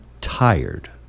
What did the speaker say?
tired